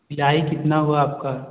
सिलाई कितना हुआ आपका